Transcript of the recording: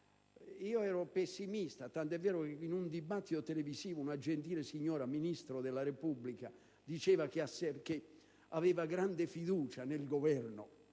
Io ero pessimista, tanto è vero che in un dibattito televisivo una gentile signora, Ministro della Repubblica, diceva che aveva grande fiducia nel Governo